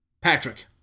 Patrick